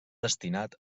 destinat